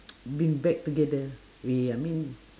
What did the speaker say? been back together we I mean